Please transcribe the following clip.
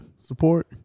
Support